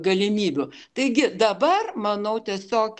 galimybių taigi dabar manau tiesiog